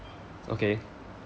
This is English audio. okay